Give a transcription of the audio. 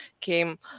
came